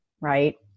right